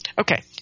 Okay